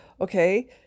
okay